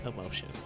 emotion